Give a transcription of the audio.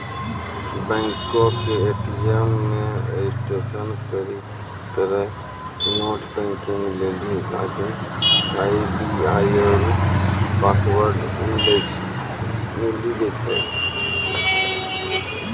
बैंको के ए.टी.एम मे रजिस्ट्रेशन करितेंह नेट बैंकिग लेली लागिन आई.डी आरु पासवर्ड मिली जैतै